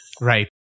Right